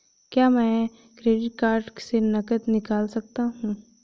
क्या मैं credit card से नकद निकाल सकता हूँ?